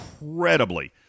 incredibly